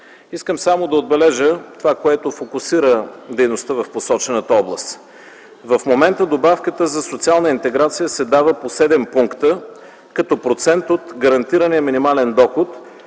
искам само да отбележа това, което фокусира дейността в посочената област. В момента добавката за социална интеграция се дава по седем пункта като процент от гарантирания минимален доход,